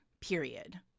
period